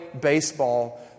baseball